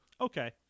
Okay